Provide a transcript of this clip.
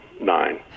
nine